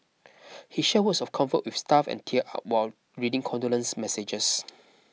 he shared words of comfort with staff and teared up while reading condolence messages